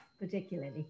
particularly